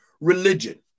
religion